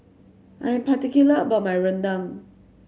I'm particular about my Rendang